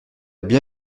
bien